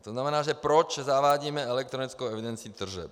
To znamená, proč zavádíme elektronickou evidenci tržeb?